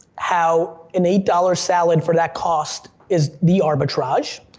how an eight dollar salad for that cost is the arbitrage,